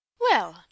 Well